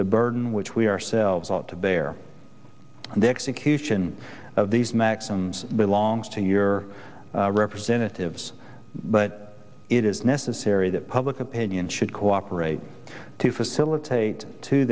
the burden we ourselves ought to bear and the execution of these maxims belongs to your representatives but it is necessary that public opinion should cooperate to facilitate to